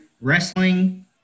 wrestling